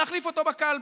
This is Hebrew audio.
נחליף אותו בקלפי,